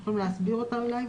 אתם יכולים להסביר אותה אולי?